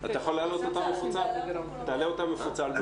תודה עפר, תודה על הזימון.